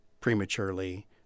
prematurely